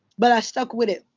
but i stuck with it.